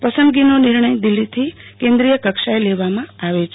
પસંદગીનો નિર્ણય દિલ્હોથી કેન્દીય કક્ષાએ લેવામાં આવે છે